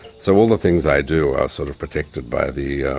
so all the things i do are sort of protected by the,